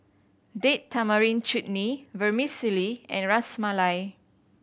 Date Tamarind Chutney Vermicelli and Ras Malai